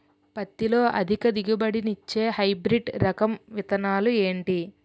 పత్తి లో అధిక దిగుబడి నిచ్చే హైబ్రిడ్ రకం విత్తనాలు ఏంటి